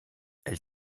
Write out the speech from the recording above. elle